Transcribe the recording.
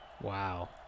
Wow